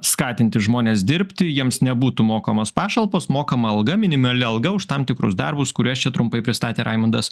skatinti žmones dirbti jiems nebūtų mokamos pašalpos mokama alga minimali alga už tam tikrus darbus kuriuos čia trumpai pristatė raimondas